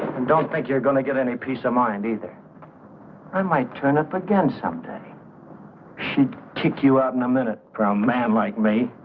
and don't think you're going to get any peace of mind either i might turn up again some day i should kick you out nominate brown man like me.